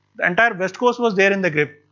the entire west coast was there in their grip.